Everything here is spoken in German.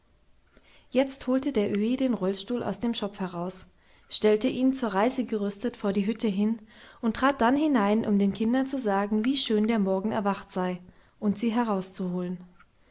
jetzt holte der öhi den rollstuhl aus dem schopf heraus stellte ihn zur reise gerüstet vor die hütte hin und trat dann hinein um den kindern zu sagen wie schön der morgen erwacht sei und sie herauszuholen